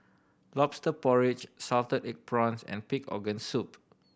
Lobster Porridge salted egg prawns and pig organ soup